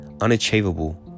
unachievable